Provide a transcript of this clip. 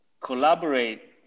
collaborate